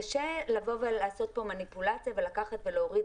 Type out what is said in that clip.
קשה לבוא ולעשות כאן מניפולציה ולהוריד